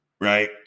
Right